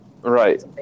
Right